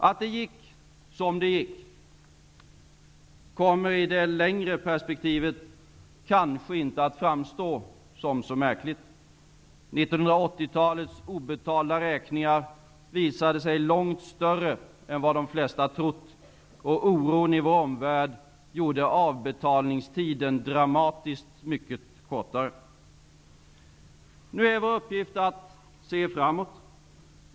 Att det gick som det gick kommer i det längre perspektivet kanske inte att framstå som så märkligt. 1980-talets obetalda räkningar visade sig vara mycket större än vad de flesta trott, och oron i vår omvärld gjorde avbetalningstiden dramatiskt mycket kortare. Nu är vår uppgift att se framåt.